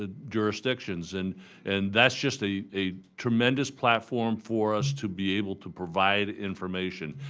ah jurisdictions. and and that's just a a tremendous platform for us to be able to provide information.